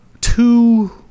two